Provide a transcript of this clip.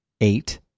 eight